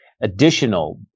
additional